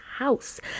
house